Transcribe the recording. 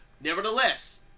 Nevertheless